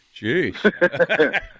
Jeez